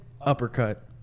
uppercut